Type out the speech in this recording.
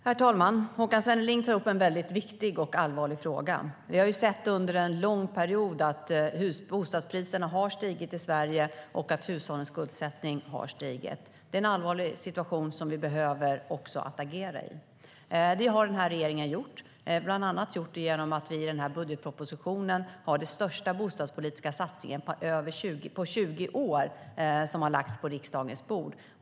Herr talman! Håkan Svenneling tar upp en mycket viktig och allvarlig fråga. Vi har under en lång period sett att bostadspriserna i Sverige har stigit och att hushållens skuldsättning har ökat. Det är en allvarlig situation som vi behöver agera i. Det har den här regeringen gjort, bland annat genom att vi i den här budgetpropositionen har den största bostadspolitiska satsningen på 20 år, som har lagts på riksdagens bord.